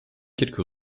quelque